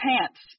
pants